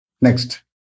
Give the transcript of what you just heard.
Next